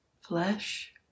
flesh